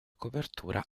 copertura